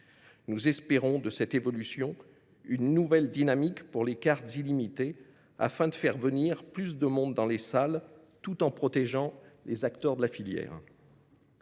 Nous espérons de cette évolution une nouvelle dynamique pour les cartes illimitées afin de faire venir plus de monde dans les salles, tout en protégeant les acteurs de la filière.